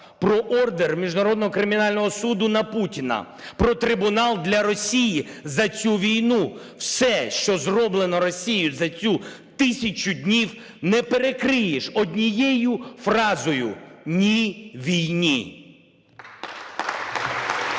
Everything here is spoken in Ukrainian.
про ордер Міжнародного кримінального суду на Путіна, про трибунал для Росії за цю війну. Все, що зроблено Росією за цю тисячу днів, не перекриєш однією фразою "Ні війні!". (Оплески)